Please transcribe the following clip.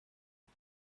ich